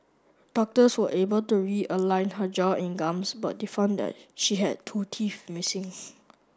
doctors were able to realign her jaw and gums but they found that she had two teeth missing